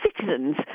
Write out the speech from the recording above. citizens